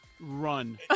run